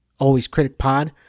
alwayscriticpod